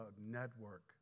network